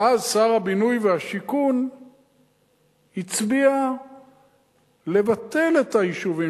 ואז שר הבינוי והשיכון הצביע לבטל את היישובים